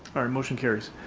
motion carries.